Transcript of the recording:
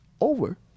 over